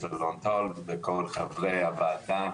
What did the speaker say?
פרופסור אלון טל וכל חברי הוועדה.